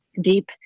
deep